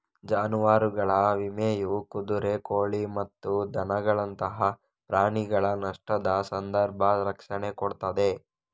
ಜಾನುವಾರುಗಳ ವಿಮೆಯು ಕುದುರೆ, ಕೋಳಿ ಮತ್ತು ದನಗಳಂತಹ ಪ್ರಾಣಿಗಳ ನಷ್ಟದ ಸಂದರ್ಭ ರಕ್ಷಣೆ ಕೊಡ್ತದೆ